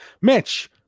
Mitch